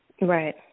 Right